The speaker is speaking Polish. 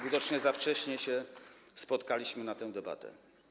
Widocznie za wcześnie się spotkaliśmy na tę debatę.